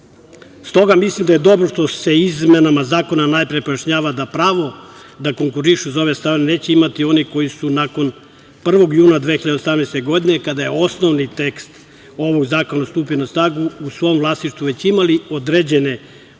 mislim da je dobro što se izmenama zakona najpre pojašnjava da pravo da konkurišu za ove stanove neće imati oni koji su nakon 1. juna 2018. godine, kada je osnovni tekst ovog zakona stupio na snagu, u svom vlasništvu već imali određeni